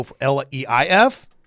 L-E-I-F